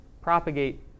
propagate